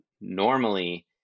normally